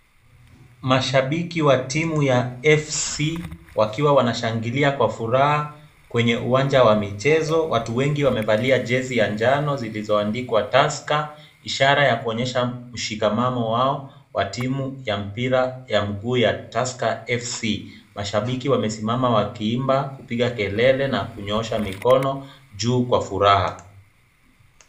Mashabiki wa timu ya FC, wakiwa wanashangilia kwa furaha kwenye uwanja wa michezo. Watu wengi wamevalia jezi ya njano zilizoandikwa Tusker ishara ya kuonyesha mshikamano wao wa timu ya mpira ya mguu ya Tusker FC.Mashabiki wamesimama wakiimba, kupiga kelele na kunyoosha mikono juu kwa furaha.